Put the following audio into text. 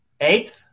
eighth